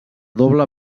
doble